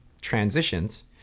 transitions